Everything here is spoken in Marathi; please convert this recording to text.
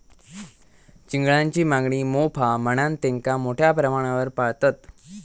चिंगळांची मागणी मोप हा म्हणान तेंका मोठ्या प्रमाणावर पाळतत